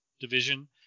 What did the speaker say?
division